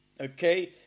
Okay